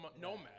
nomad